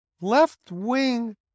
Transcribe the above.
left-wing